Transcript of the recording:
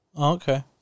Okay